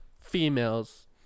females